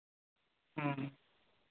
ᱦᱮᱸ